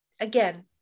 again